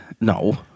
No